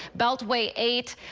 beltway eight,